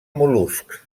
mol·luscs